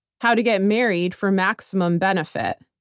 how to get married for maximum benefit,